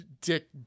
dick